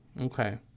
Okay